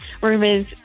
rumors